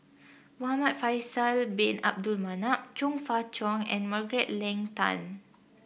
Muhamad Faisal Bin Abdul Manap Chong Fah Cheong and Margaret Leng Tan